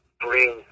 bring